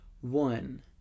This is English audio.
one